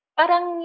parang